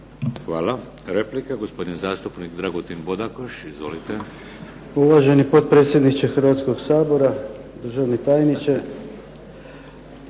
Hvala. Replika, gospodin zastupnik Dragutin Bodakoš. Izvolite. **Bodakoš, Dragutin (SDP)** Uvaženi potpredsjedniče Hrvatskog sabora, državni tajniče,